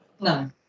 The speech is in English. No